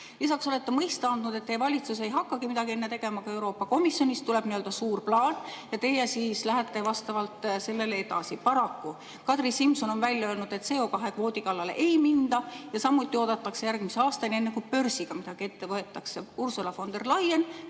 Lisaks olete mõista andnud, et teie valitsus ei hakkagi midagi enne tegema, kui Euroopa Komisjonist tuleb nii-öelda suur plaan ja teie siis lähete vastavalt sellele edasi. Paraku Kadri Simson on välja öelnud, et CO2-kvoodi kallale ei minda ja oodatakse järgmise aastani, enne kui börsiga midagi ette võetakse. Ursula von der Leyen